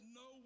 no